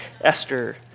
Esther